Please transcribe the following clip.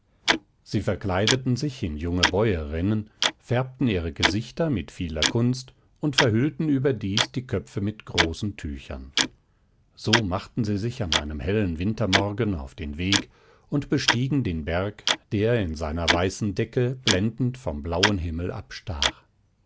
sie verkleideten sich in junge bäuerinnen färbten ihre gesichter mit vieler kunst und verhüllten überdies die köpfe mit großen tüchern so machten sie sich an einem hellen wintermorgen auf den weg und bestiegen den berg der in seiner weißen decke blendend vom blauen himmel abstach